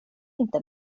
inte